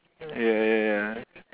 ya ya ya